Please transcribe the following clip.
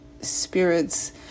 spirits